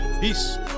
peace